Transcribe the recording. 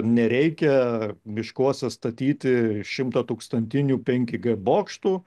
nereikia miškuose statyti šimtatūkstantinių penki g bokštų